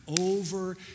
over